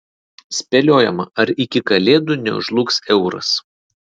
spėliojama ar iki kalėdų nežlugs euras